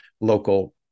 local